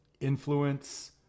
influence